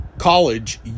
college